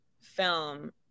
film